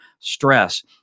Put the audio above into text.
stress